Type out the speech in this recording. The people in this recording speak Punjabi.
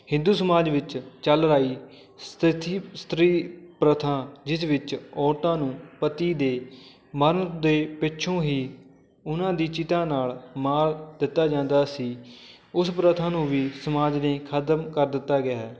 ਹਿੰਦੂ ਸਮਾਜ ਵਿੱਚ ਚੱਲ ਰਹੀ ਸਥਿਤੀ ਇਸਤਰੀ ਪ੍ਰਥਾ ਜਿਸ ਵਿੱਚ ਔਰਤਾਂ ਨੂੰ ਪਤੀ ਦੇ ਮਰਨ ਦੇ ਪਿੱਛੋਂ ਹੀ ਉਹਨਾਂ ਦੀ ਚਿਤਾ ਨਾਲ ਮਾਰ ਦਿੱਤਾ ਜਾਂਦਾ ਸੀ ਉਸ ਪ੍ਰਥਾ ਨੂੰ ਵੀ ਸਮਾਜ ਨੇ ਖਤਮ ਕਰ ਦਿੱਤਾ ਗਿਆ ਹੈ